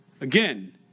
Again